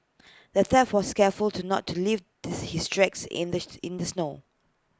the thief was careful to not to leave diss his tracks in the in the snow